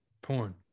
porn